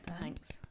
thanks